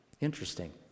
interesting